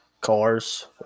cars